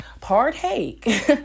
partake